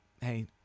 hey